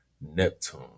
neptune